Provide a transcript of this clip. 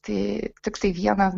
tai tiktai vieną